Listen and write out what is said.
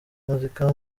muzika